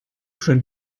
schon